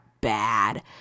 bad